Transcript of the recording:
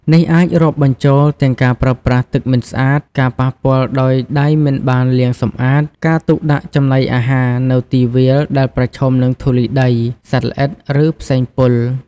នេះអាចរាប់បញ្ចូលទាំងការប្រើប្រាស់ទឹកមិនស្អាត ការប៉ះពាល់ដោយដៃមិនបានលាងសម្អាត ការទុកដាក់ចំណីអាហារនៅទីវាលដែលប្រឈមនឹងធូលីដី សត្វល្អិត ឬផ្សែងពុល។